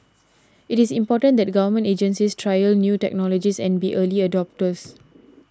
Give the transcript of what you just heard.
it is important that Government agencies trial new technologies and be early adopters